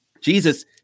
Jesus